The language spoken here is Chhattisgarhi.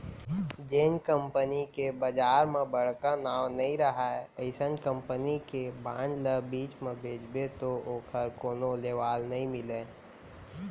जेन कंपनी के बजार म बड़का नांव नइ रहय अइसन कंपनी के बांड ल बीच म बेचबे तौ ओकर कोनो लेवाल नइ मिलय